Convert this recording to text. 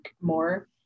more